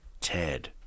ted